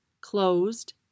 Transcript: closed